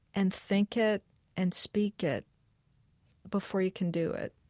and think it and speak it before you can do it